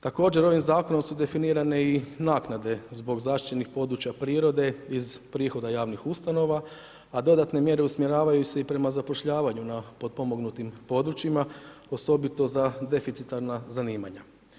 Također, ovim Zakonom su definirane i naknade zbog zaštićenih područja priroda iz prihoda javnih ustanova, a dodatne mjere usmjeravaju se i prema zapošljavanju na potpomognutim područjima, osobito za deficitarna zanimanja.